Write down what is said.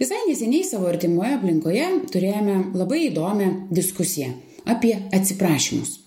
visai neseniai savo artimoje aplinkoje turėjome labai įdomią diskusiją apie atsiprašymus